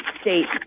state